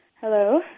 Hello